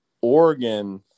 Oregon